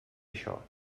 això